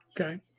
Okay